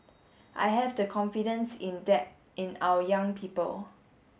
I have the confidence in that in our young people